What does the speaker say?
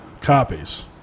copies